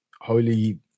holy